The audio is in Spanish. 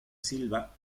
silva